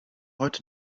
heute